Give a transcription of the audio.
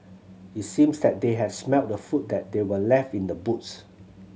it seems that they had smelt the food that they were left in the boots